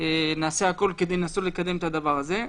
נעשה הכול כדי לנסות לקדם את הדבר הזה,